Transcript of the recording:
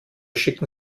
schicken